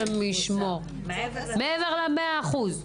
מעבר ל-100%?